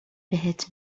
بهت